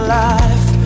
life